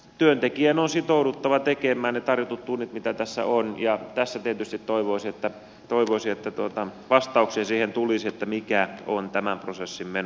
työntekijän on sitouduttava tekemään ne tarjotut tunnit mitä tässä on ja tässä tietysti toivoisin että vastauksia siihen tulisi että mikä on tämän prosessin meno